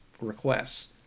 requests